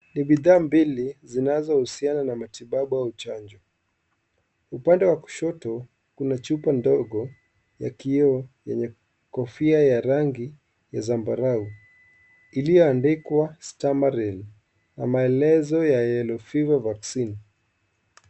Ni bidhaa mbali zinazo husiana na matibabu au chanjo. Upande wa kushito Kuna chupa ndogo ya kiyoo yenye kofia ya rangi ya sambarau iliyo andikwa Stameril. Maelezo ya Yellow fever vaccine